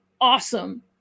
awesome